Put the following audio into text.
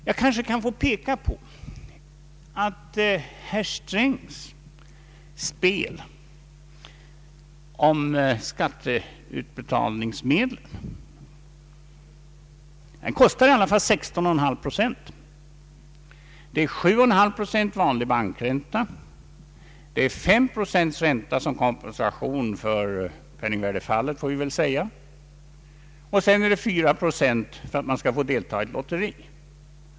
Jag kanske kan få peka på att herr Strängs spel om skatteutbetalningsmedlen i alla fall kostar 16,5 procent, nämligen 7,5 procent vanlig bankränta, 5 procent ränta såsom kompensation för penningvärdefallet, får vi väl säga, och 4 procent för att man skall få deltaga i ett lotteri.